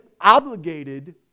obligated